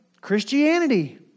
Christianity